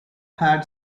had